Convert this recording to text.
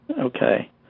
okay